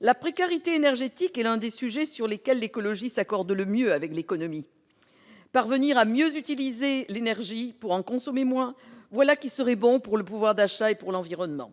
La précarité énergétique est l'un des sujets sur lesquels l'écologie s'accorde le mieux avec l'économie. Parvenir à mieux utiliser l'énergie, pour en consommer moins, voilà qui serait bon pour le pouvoir d'achat et l'environnement.